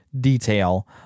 Detail